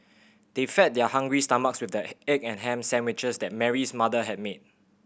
they fed their hungry stomachs with the egg and ham sandwiches that Mary's mother had made